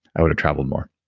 i would've traveled more.